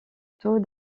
taux